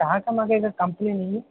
तव्हां खां मांखे हिक कंप्लेन हुई